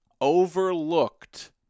overlooked